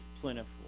plentiful